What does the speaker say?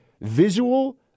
visual